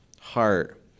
heart